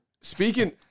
speaking